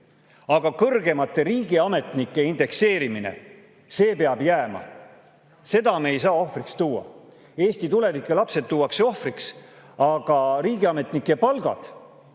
Aga kõrgemate riigiametnike [palga] indekseerimine, see peab jääma, seda me ei saa ohvriks tuua. Eesti tulevik ja lapsed tuuakse ohvriks, aga riigiametnike palgad,